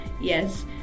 Yes